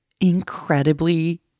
incredibly